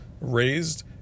raised